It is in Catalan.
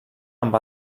amb